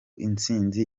itsinzi